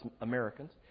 Americans